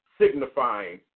signifying